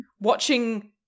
watching